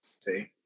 See